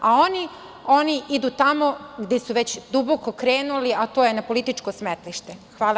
A oni, oni idu tamo gde su već duboko krenuli, a to je na političko smetlište.